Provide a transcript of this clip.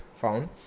found